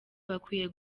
bakwiye